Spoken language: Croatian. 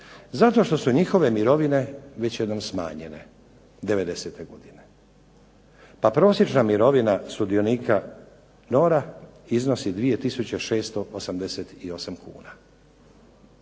Zato što su njihove mirovine već jednom smanjenje 90. godine. Pa prosječna mirovina sudionica NOR-a iznosi 2688 kuna.